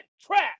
trapped